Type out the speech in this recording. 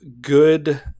good